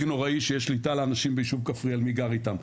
נוראי שיש שליטה לאנשים ביישוב כפרי על מי גר איתם,